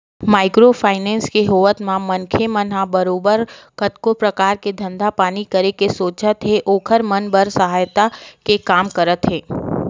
micro finance के होवत म मनखे मन ह बरोबर कतको परकार के धंधा पानी करे के सोचत हे ओखर मन बर सहायक के काम करत हे